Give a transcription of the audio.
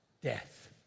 death